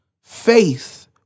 faith